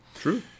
true